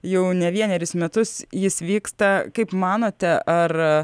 jau ne vienerius metus jis vyksta kaip manote ar